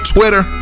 Twitter